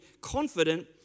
confident